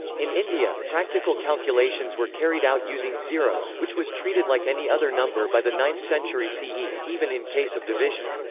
in india, practical calculations were carried out using zero, which was treated like any other number by the ninth century ce, even in case of division.